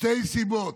שתי סיבות: